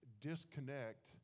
disconnect